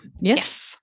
Yes